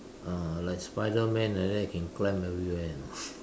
uh like Spiderman like that can climb everywhere you know